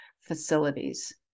facilities